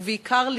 ובעיקר,